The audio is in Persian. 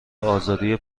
آزادی